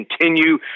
continue